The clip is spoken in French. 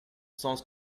sens